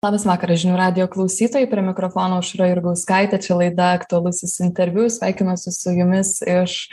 labas vakaras žinių radijo klausytojai prie mikrofono aušra jurgauskaitė čia laida aktualusis interviu sveikinuosi su jumis iš